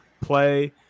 play